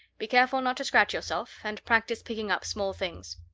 be careful not to scratch yourself, and practice picking up small things.